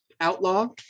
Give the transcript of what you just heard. outlaw